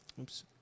Oops